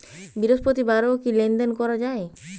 বৃহস্পতিবারেও কি লেনদেন করা যায়?